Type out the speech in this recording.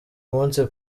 munsi